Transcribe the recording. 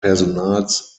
personals